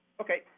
Okay